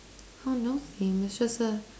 oh no theme it's just a